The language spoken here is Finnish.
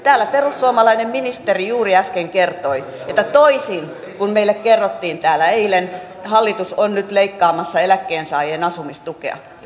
täällä perussuomalainen ministeri juuri äsken kertoi että toisin kuin meille kerrottiin täällä eilen hallitus on nyt leikkaamassa eläkkeensaajien asumistukea